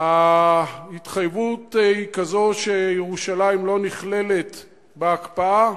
ההתחייבות היא כזאת שירושלים לא נכללת בהקפאה,